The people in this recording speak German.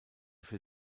für